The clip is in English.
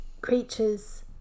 creatures